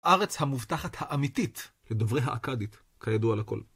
ארץ המובטחת האמיתית, לדוברי האכדית, כידוע לכל.